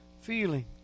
feeling